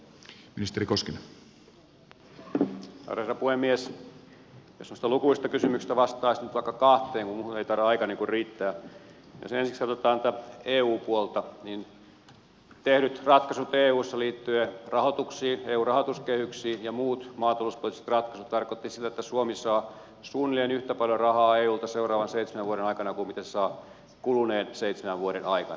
jos noista lukuisista kysymyksistä vastaisi nyt vaikka kahteen kun muuhun ei tahdo aika riittää niin jos ensiksi katsotaan tätä eu puolta niin tehdyt ratkaisut eussa liittyen rahoituksiin eu rahoituskehyksiin ja muut maatalouspoliittiset ratkaisut tarkoittivat sitä että suomi saa suunnilleen yhtä paljon rahaa eulta seuraavan seitsemän vuoden aikana kuin se sai kuluneen seitsemän vuoden aikana